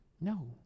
No